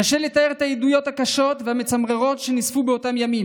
קשה לתאר את העדויות הקשות והמצמררות שנאספו באותם ימים.